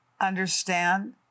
understand